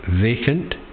vacant